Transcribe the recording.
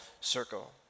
circle